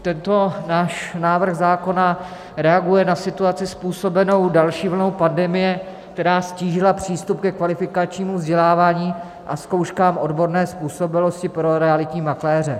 Tento náš návrh zákona reaguje na situaci způsobenou další vlnou pandemie, která ztížila přístup ke kvalifikačnímu vzdělávání a zkouškám odborné způsobilosti pro realitní makléře.